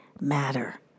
matter